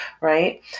right